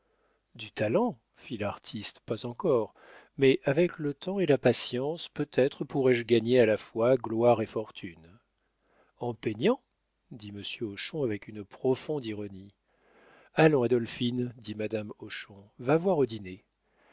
du talent fit l'artiste pas encore mais avec le temps et la patience peut-être pourrai-je gagner à la fois gloire et fortune en peignant dit monsieur hochon avec une profonde ironie allons adolphine dit madame hochon va voir au dîner